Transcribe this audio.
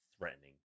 threatening